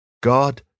God